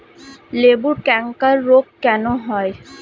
লেবুর ক্যাংকার রোগ কেন হয়?